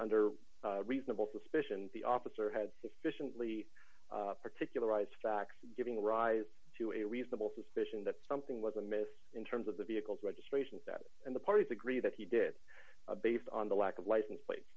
under reasonable suspicion the officer had sufficiently particularize facts giving rise to a reasonable suspicion that something was amiss in terms of the vehicles registrations that the parties agree that he did based on the lack of license plates